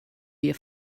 wir